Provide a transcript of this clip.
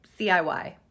CIY